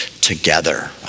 together